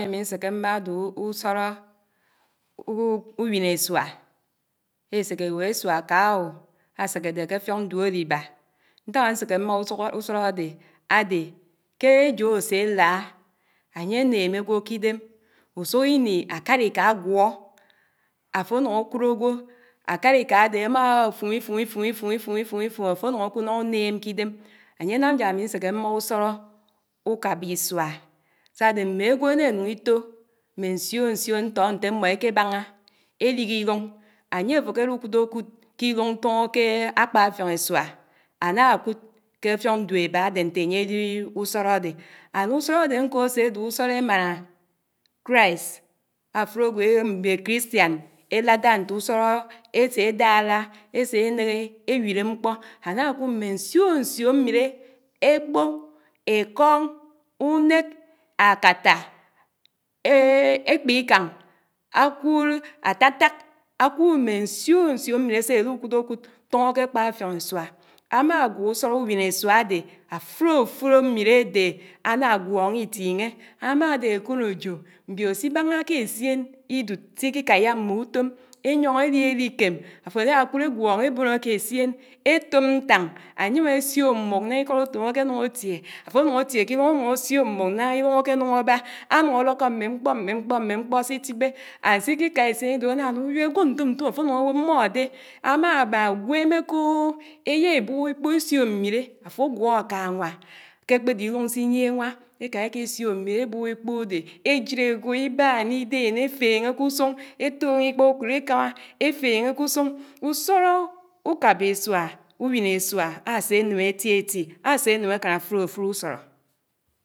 nséké mmá ád’usóró. ùwiné ísuá éséké éwò ìsuá kááòòò áséké dé ké áffióñ duòribá, ñtáhá ánséké mmá ùsóró ádé ké éjà ásé áláányé áném ágwò k’ídém, ùsùk íní ákáriká ágwó á ámá áfùm ìfùm ìfùm ìfùm ìfùm ìfùm ìfùm, áfò nùñ ákòb náñá ùném k’ìdém, ányé nám j’mì nséké mmá ùsòrò ùkábìsuá sádé mmégwo éná énuñ ìfò mmé nsiònsiò ntó ntémmo ékébáñá élìgì ìluñ, ányé áfo kérùkùdòkùd k’ìruñ tuño kééé ákpá áffioñ ìsuá ánákud ké áffioñ duoébá ádé ùsóró émáná Christ áfud ágwò mbiò krìstìán éládá ntù ùstróóó ésé dárá, ésé énéhé, éwìré mkpó, ánákad mmé nsiònsiò mmiré ékpò, ékóñ ùnék, ákátá, éééé ékpé ìkáñ átákták, ákùùd mmé nsiònsiò mmiré sé álùkùdòkùd tóñó ké ákpá áffioñ ìsuá, ámágwó ùsóró ùwiné ísuá ádé, áfurò áfurò mmiré ádé áná gwóñó ìtìñé, ámá ádé ákònòjò mbiò sìbáñá k’éssiénìdùd sìkìkáyá. Mmùtòm ényeñ éliélikém, áfò áyákud égwóñó ébònò k’éssién étòb ntáñ, ányém ásiò mbùk náñá ìkód ùtòm ákénuñ átié, áfònuñ átié k’íruñ ánuñ ásiò mbuk náñá ìruñ ákénañ áhá, ánuñ árókó mmé mkpó sìtìbé, ánsìkì ká éssiénìdud ánánuñ ìwìb ágwò ntomtom áfònuñ áwò mmódé. Ámàmá ùgwémé kòòòò, éyá ébub ékpò ésiò mmirè ébub ékpòdé ésiré ágwò ìbán ìdén éféñé k’ùsuñ, étòñò ìkpáùkòd ékámá. Éféñé k’usuñ. ùsóró ùkábá ísuá, ùwiné ísuá áseném étiéti, áseném ákán áfùdáfud ùsòrò.